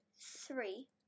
three